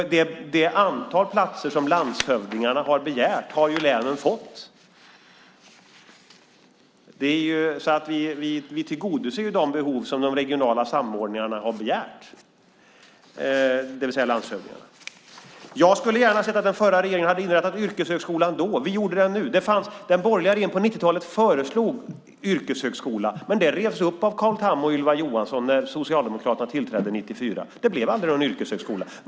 Det antal platser som landshövdingarna har begärt har länen fått. Vi tillgodoser de behov som de regionala samordnarna har begärt insatser för, det vill säga landshövdingarna. Jag skulle gärna ha sett att den förra regeringen hade inrättat en yrkeshögskola då. Vi gjorde det nu. Den borgerliga regeringen på 90-talet föreslog yrkeshögskola, men det förslaget revs upp av Carl Tham och Ylva Johansson när Socialdemokraterna tillträdde 1994. Det blev aldrig någon yrkeshögskola.